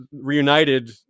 reunited